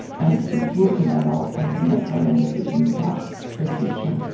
and will be an adult and can make her own decisions about her future.